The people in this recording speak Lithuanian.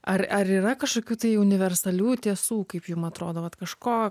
ar ar yra kažkokių tai universalių tiesų kaip jum atrodo vat kažko